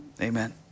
Amen